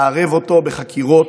לערב אותו בחקירות,